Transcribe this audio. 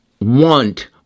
want